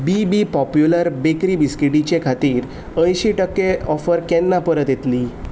बी बी popular bakery बिस्किटीचे खाती अंयशी टक्के ऑफर केन्ना परत येतली